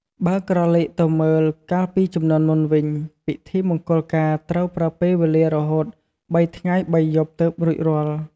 បើក្រឡេកទៅមើលកាលពីជំនាន់មុនវិញ ពិធីមង្គលការត្រូវប្រើពេលវេលារហូតបីថ្ងៃបីយប់ទើបរួចរាល់។